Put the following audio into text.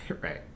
Right